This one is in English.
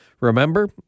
Remember